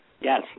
Yes